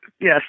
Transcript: Yes